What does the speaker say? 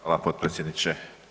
Hvala, potpredsjedniče.